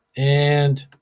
and,